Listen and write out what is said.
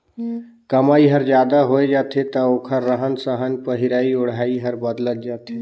कमई हर जादा होय जाथे त ओखर रहन सहन पहिराई ओढ़ाई हर बदलत जाथे